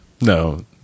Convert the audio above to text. No